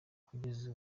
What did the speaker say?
kugeza